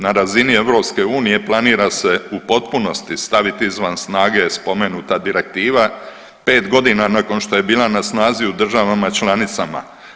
Na razini EU planira se u potpunosti staviti izvan snage spomenuta Direktiva, 5 godina nakon što je bila na snazi u državama članicama.